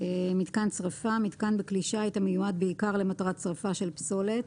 "מיתקן שריפה" מיתקן בכלי שיט המיועד בעיקר למטרת שריפה של פסולת